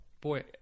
boy